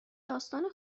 داستان